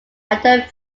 after